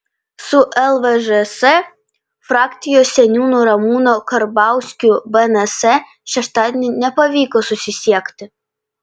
su lvžs frakcijos seniūnu ramūnu karbauskiu bns šeštadienį nepavyko susisiekti